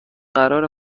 قرار